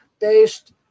based